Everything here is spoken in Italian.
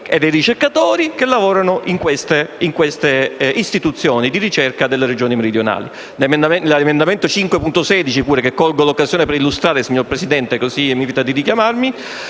e dei ricercatori che lavorano in queste istituzioni di ricerca delle Regioni meridionali. L'emendamento 5.16, che colgo l'occasione per illustrare, signor Presidente, prevede invece delle misure